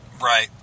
right